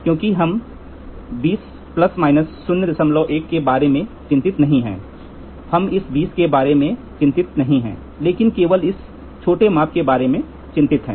क्योंकि हम 20 ± 01 के बारे में चिंतित नहीं हैं हम इस २० के बारे में चिंतित नहीं हैं लेकिन केवल इस छोटे माप के बारे में चिंतित हैं